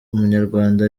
umunyarwanda